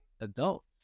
adults